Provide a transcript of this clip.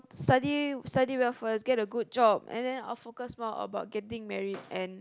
study study well first get a good job and then I'll focus more about getting married and